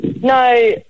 no